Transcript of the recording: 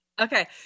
Okay